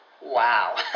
Wow